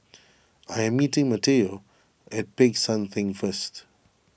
I am meeting Mateo at Peck San theng first